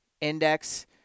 Index